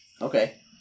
Okay